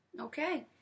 Okay